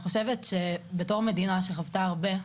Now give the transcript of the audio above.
אני חושבת שבתור מדינה שחוותה הרבה,